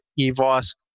Evos